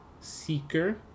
Seeker